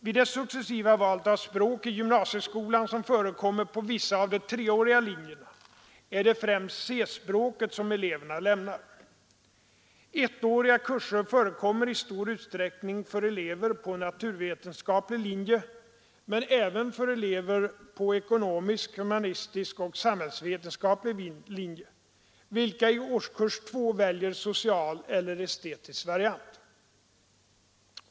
Vid det successiva valet av språk i gymnasieskolan som förekommer på vissa av de treåriga linjerna är det främst C-språket som eleverna lämnar. Ettåriga kurser förekommer i stor utsträckning för eleverna på naturvetenskaplig linje men även för de elever på ekonomisk, humanistisk och samhällsvetenskaplig linje vilka i årskurs 2 väljer social eller estetisk variant.